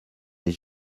les